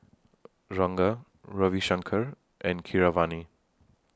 Ranga Ravi Shankar and Keeravani